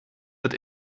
wird